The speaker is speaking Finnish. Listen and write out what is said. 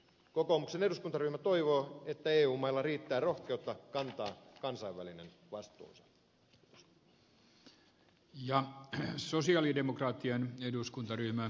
kokoomuksen eduskuntaryhmä toivoo että eu mailla riittää rohkeutta kantaa kansainvälinen vastuunsa